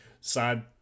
sad